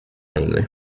only